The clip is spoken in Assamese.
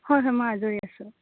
হয় হয় মই আজৰি আছোঁ